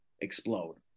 explode